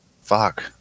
Fuck